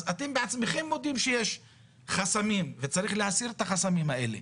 אז אתם בעצמכם מודים שיש חסמים וצריך להסיר את החסמים האלה,